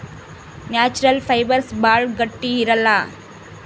natural fibres ಭಾಳ ಗಟ್ಟಿ ಇರಲ್ಲ